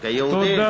כיהודים.